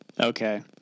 Okay